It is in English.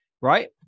Right